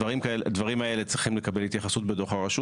הדברים האלה צריכים לקבל התייחסות בדוח הרשות